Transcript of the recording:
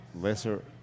lesser